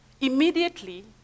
immediately